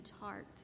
heart